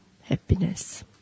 happiness